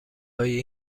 هایی